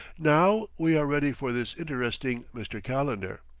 now we are ready for this interesting mr. calendar.